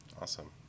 Awesome